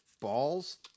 balls